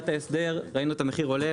ההסדר ראינו את המחיר עולה,